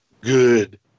good